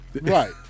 Right